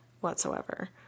whatsoever